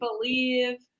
believe